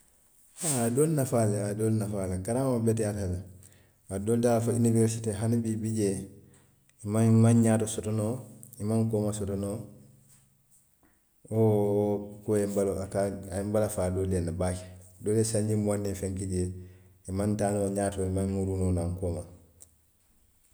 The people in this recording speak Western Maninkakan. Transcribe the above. A, a ye doolu nafaa le, a ye doolu nafaa le, karaŋo beteyaata le, kaatu doolu taata fo iniwerisitee hani bii i bi jee, i maŋ i maŋ ñaato soto noo, i maŋ kooma soto noo, woo wo kuo ye n baloo a ka a ye n balafaa doolu ye ne baake, doolu ye sanji muwaŋ niŋ feŋ ki jee, i maŋ taa noo ñaato, i maŋ muruu noo naŋ kooma